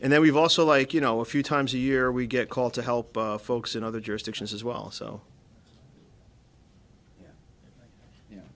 and then we've also like you know a few times a year we get called to help folks in other jurisdictions as well so y